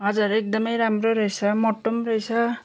हजुर एकदमै राम्रो रहेछ मोटो पनि रहेछ